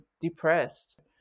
depressed